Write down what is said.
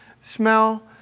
smell